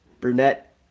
Brunette